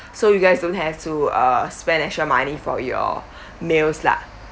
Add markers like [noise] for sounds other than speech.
so you guys don't have to uh spend extra money for your [breath] meals lah